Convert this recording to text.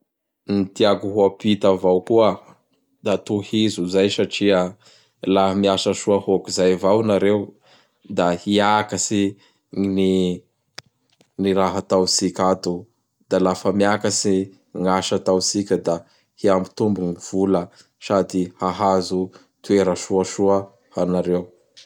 Gny tiako hapita avao koa da tohizo zay satria laha miasa soa hôkizay avao nareo da hiakatsy ny gn raha ataotsika ato. Da lafa miakatsy gn'asa ataotsika da hiamitombo gny vola sady hahazo toera soasoa hanareo.